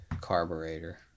carburetor